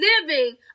living